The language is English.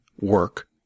work